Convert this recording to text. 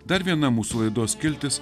dar viena mūsų laidos skiltis